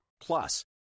Plus